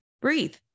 breathe